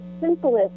simplest